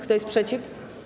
Kto jest przeciw?